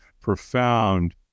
profound